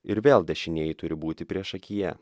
ir vėl dešinieji turi būti priešakyje